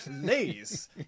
please